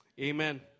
Amen